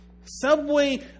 Subway